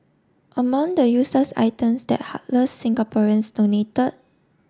among the useless items that heartless Singaporeans donated